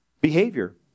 behavior